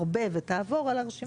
הוא הרבה יותר טוב